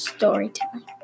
Storytelling